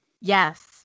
Yes